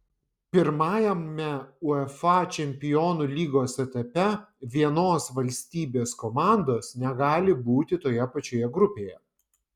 pirmajame uefa čempionų lygos etape vienos valstybės komandos negali būti toje pačioje grupėje